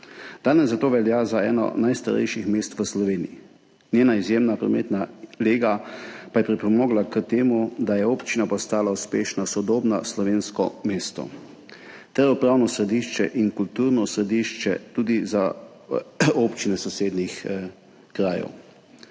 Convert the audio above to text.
Danes zato velja za eno najstarejših mest v Sloveniji. Njena izjemna prometna lega pa je pripomogla k temu, da je občina postala uspešno sodobno slovensko mesto ter upravno središče in kulturno središče tudi za občine sosednjih krajev.